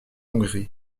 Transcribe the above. hongrie